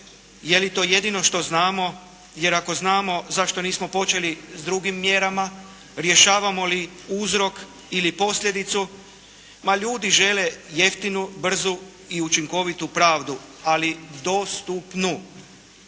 je li to jedino što znamo, jer ako znamo zašto nismo počeli sa drugim mjerama, rješavamo li uzrok ili posljedicu. Ma ljudi žele jeftinu, brzu i učinkovitu pravdu, ali dostupnu.